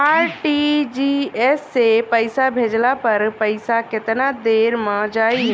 RTGS से पईसा भेजला पर पईसा केतना देर म जाई?